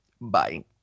Bye